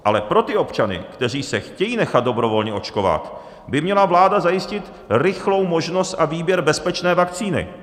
Ale pro ty občany, kteří se chtějí nechat dobrovolně očkovat, by měla vláda zajistit rychlou možnost a výběr bezpečné vakcíny.